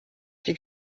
die